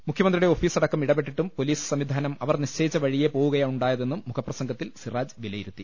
മുഖ്യമന്ത്രിയുടെ ഓഫീസ് അടക്കം ഇടപെട്ടിട്ടും പൊലീസ് സംവിധാനം അവർ നിശ്ചയിച്ച വഴിയേ പോവുകയുണ്ടായതെന്നും മുഖപ്രസംഗത്തിൽ സിറാജ് വിലയി രുത്തി